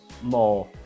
more